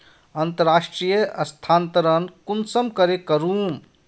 अंतर्राष्टीय स्थानंतरण कुंसम करे करूम?